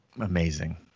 Amazing